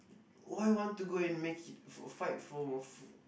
why want to make it fight for